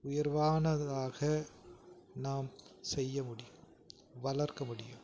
உயர்வானதாக நாம் செய்ய முடியும் வளர்க்க முடியும்